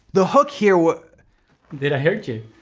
the hook here. did i hurt you?